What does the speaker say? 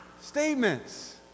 statements